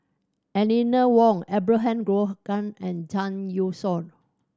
Eleanor Wong Abraham Logan and Zhang Youshuo